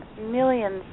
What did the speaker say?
millions